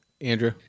Andrew